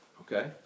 Okay